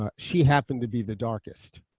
ah she happened to be the darkest